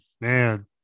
man